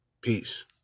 Peace